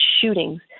shootings